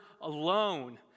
alone